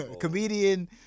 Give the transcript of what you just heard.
comedian